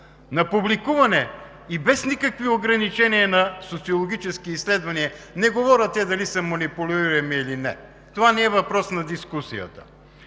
на публикуване и без никакви ограничения на социологически изследвания, не говоря дали те са манипулирани или не? Това не е въпрос на дискусията,